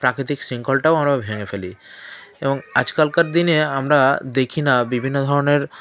প্রাকৃতিক শৃঙ্খলটাও আমরা ভেঙে ফেলি এবং আজকালকার দিনে আমরা দেখি না বিভিন্ন ধরনের